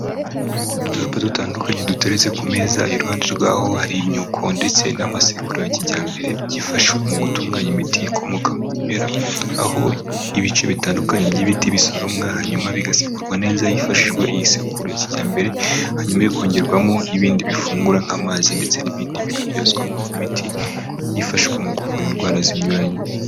Uducupa dutandukanye dututse ku meza, iruhande rwaho hari imyuko ndetse n'amasekuru ya kijyambere byifashishwa mu gutunganya imiti ikomoka mu bimera. Aho ibice bitandukanye by'ibiti bisoromwa hanyuma bigasekurwa neza hifashishijwe iyisekuru ya kijyambere. Hanyuma bikongerwamo ibindi bifungura nk'amazi ndetse n'ibindi bikabyazwamo imiti yifashishwa mu kuvura indwara zinyuranye.